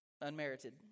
unmerited